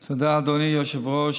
תודה, אדוני היושב-ראש.